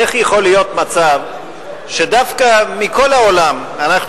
איך יוכל להיות מצב שדווקא מכל העולם אנחנו